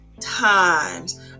Times